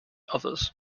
others